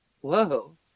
Whoa